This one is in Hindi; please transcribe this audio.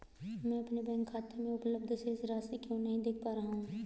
मैं अपने बैंक खाते में उपलब्ध शेष राशि क्यो नहीं देख पा रहा हूँ?